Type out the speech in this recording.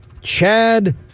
Chad